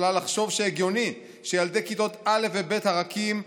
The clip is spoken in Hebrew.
יכולה לחשוב שהגיוני שילדי כיתות א' וב' הרכים,